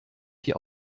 die